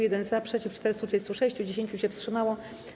1 - za, przeciw - 436, 10 się wstrzymało.